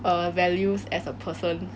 err values as a person